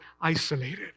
isolated